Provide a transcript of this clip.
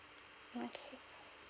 okay